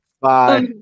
bye